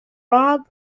rob